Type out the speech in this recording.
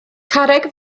carreg